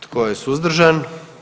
Tko je suzdržan?